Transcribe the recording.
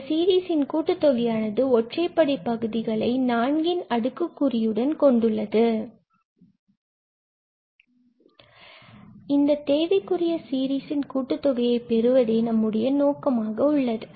இந்த சீரிஸில் கூட்டு தொகையானது ஒற்றைப்படை பகுதிகளை நான்கின் அடுக்குக்குறியுடன் கொண்டுள்ளது இந்த தேவைக்குரிய சீரிஸின் கூட்டுத் தொகையை பெறுவதே நம்முடைய நோக்கமாக உள்ளது